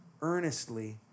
earnestly